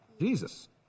jesus